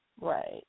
Right